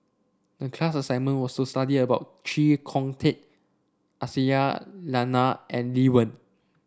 a class assignment was to study about Chee Kong Tet Aisyah Lyana and Lee Wen